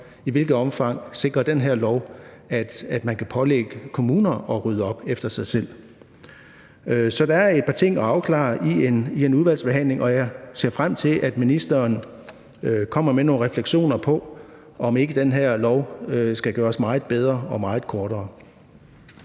I hvilket omfang sikrer den her lov, at man kan pålægge kommuner at rydde op efter sig selv? Så der er et par ting at afklare i en udvalgsbehandling, og jeg ser frem til, at ministeren kommer med nogle refleksioner over, om ikke den her lov skal gøres meget bedre og meget kortere.